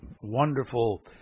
wonderful